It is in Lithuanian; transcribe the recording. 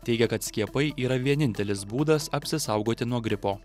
teigia kad skiepai yra vienintelis būdas apsisaugoti nuo gripo